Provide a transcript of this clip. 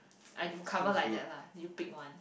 I drew cover like that lah you pick one